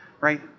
right